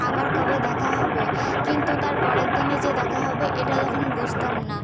আবার কবে দেখা হবে কিন্তু তার পরের দিনই যে দেখা হবে এটা তখন বুঝতাম না